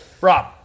Rob